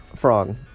Frog